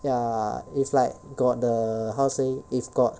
ya is like got the how say if got